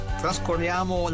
trascorriamo